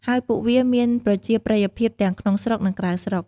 ហើយពួកវាមានប្រជាប្រិយភាពទាំងក្នុងស្រុក និងក្រៅស្រុក។